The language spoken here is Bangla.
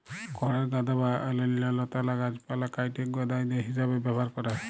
খড়ের গাদা বা অইল্যাল্য লতালা গাহাচপালহা কাইটে গখাইদ্য হিঁসাবে ব্যাভার ক্যরে